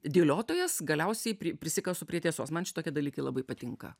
dėliotojas galiausiai pri prisikasu prie tiesos man šitokie dalykai labai patinka